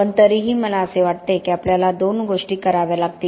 पण तरीही मला असे वाटते की आपल्याला दोन गोष्टी कराव्या लागतील